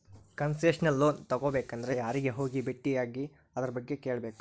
Concessional loan ತಗೊಬೇಕಂದ್ರ ಯಾರಿಗೆ ಹೋಗಿ ಬೆಟ್ಟಿಯಾಗಿ ಅದರ್ಬಗ್ಗೆ ಕೇಳ್ಬೇಕು?